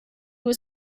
was